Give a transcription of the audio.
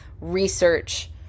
research